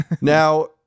Now